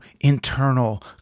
internal